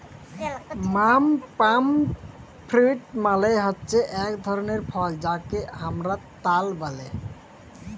পাম fruit মালে হচ্যে এক ধরলের ফল যাকে হামরা তাল ব্যলে